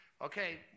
Okay